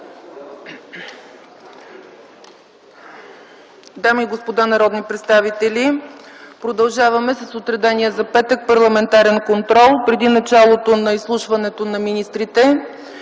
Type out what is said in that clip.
Дами и господа народни представители, продължаваме с отредения за петък: ПАРЛАМЕНТАРЕН КОНТРОЛ. Преди началото на изслушването на министрите,